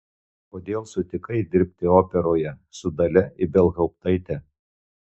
kodėl sutikai dirbti operoje su dalia ibelhauptaite